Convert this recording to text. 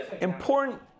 important